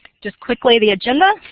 just quickly the agenda.